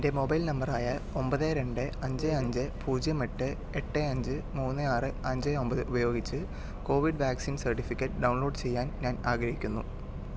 എൻ്റെ മൊബൈൽ നമ്പറായ ഒമ്പത് രണ്ട് അഞ്ച് അഞ്ച് പൂജ്യം എട്ട് എട്ട് അഞ്ച് മൂന്ന് ആറ് അഞ്ച് ഒമ്പത് ഉപയോഗിച്ച് കോവിഡ് വാക്സിൻ സർട്ടിഫിക്കറ്റ് ഡൗൺലോഡ് ചെയ്യാൻ ഞാൻ ആഗ്രഹിക്കുന്നു